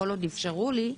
כל עוד אפשרו לי,